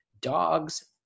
dogs